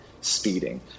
speeding